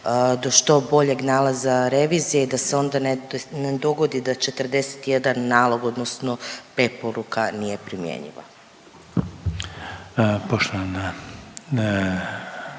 do što boljeg nalaza revizije i da se onda tj. ne dogodi da 41 nalog, odnosno preporuka nije primjenjiva.